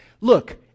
Look